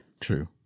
True